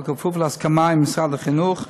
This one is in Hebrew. בכפוף להסכמה עם משרדי החינוך,